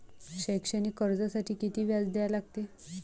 शैक्षणिक कर्जासाठी किती व्याज द्या लागते?